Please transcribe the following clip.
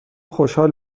خوشحال